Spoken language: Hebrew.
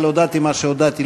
אבל הודעתי מה שהודעתי.